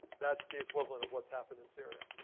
that's the equivalent of what's happened in syria.